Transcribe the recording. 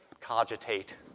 cogitate